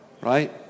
Right